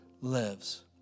lives